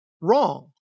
wrong